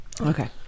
Okay